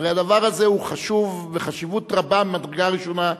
הרי הדבר הזה חשוב בחשיבות רבה, ממדרגה ראשונה,